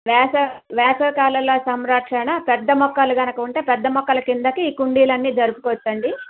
వేసవి వేసవి కాలంలో సంరక్షణ పెద్ద మొక్కలు కనుక ఉంటే పెద్ద మొక్కల కిందకి కుండీలన్నీ జరుపుకోవచ్చు అండి